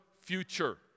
future